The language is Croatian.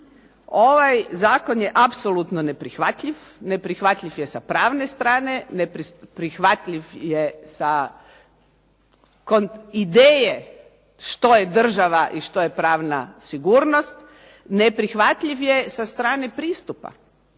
ovaj zakon je apsolutno ne prihvatljiv, neprihvatljiv je sa pravne strane, neprihvatljiv je sa ideje što je država i što je pravna sigurnost, neprihvatljiv je sa strane pristupa,